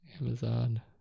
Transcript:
Amazon